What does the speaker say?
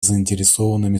заинтересованными